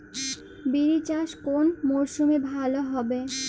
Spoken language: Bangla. বিরি চাষ কোন মরশুমে ভালো হবে?